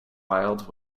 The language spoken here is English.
wild